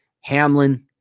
Hamlin